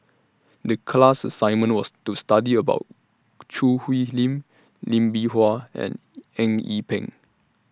The class assignment was to study about Choo Hwee Lim Lee Bee Wah and Eng Yee Peng